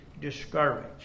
discouraged